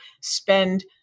spend